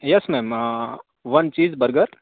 yes ma'am one cheese burger